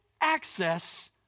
access